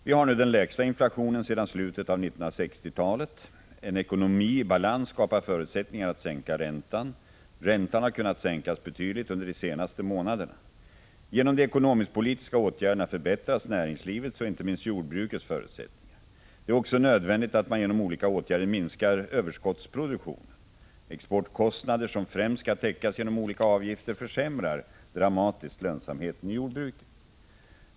Vi har nu den lägsta inflationen sedan slutet av 1960-talet. En ekonomi i balans skapar förutsättningar att sänka räntan. Räntan har kunnat sänkas betydligt under de senaste månaderna. Genom de ekonomisk-politiska åtgärderna förbättras näringslivets och inte minst jordbrukets förutsättningar. Det är också nödvändigt att man genom olika åtgärder minskar överskottsproduktionen. Exportkostnader, som främst skall täckas genom olika avgifter, försämrar dramatiskt lönsamheten i jordbruket.